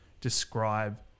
describe